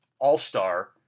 all-star